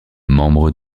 membre